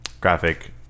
graphic